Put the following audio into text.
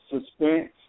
suspense